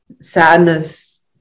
sadness